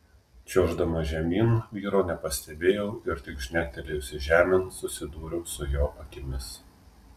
čiuoždama žemyn vyro nepastebėjau ir tik žnektelėjusi žemėn susidūriau su jo akimis